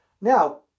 Now